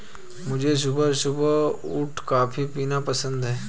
मुझे सुबह सुबह उठ कॉफ़ी पीना पसंद हैं